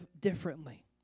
differently